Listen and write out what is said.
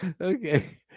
Okay